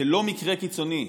כלא מקרה קיצוני.